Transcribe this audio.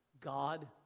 God